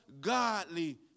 godly